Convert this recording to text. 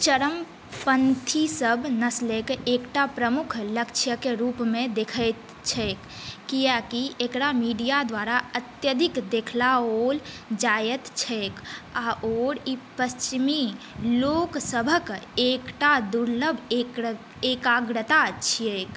चरमपन्थी सब नस्लक एकटा प्रमुख लक्ष्यके रूपमे देखैत छैक किएकि एकरा मीडिया द्वारा अत्यधिक देखाओल जाइत छैक आओर ई पश्चिमी लोकसभक एकटा दुर्लभ एकाग्रता छियैक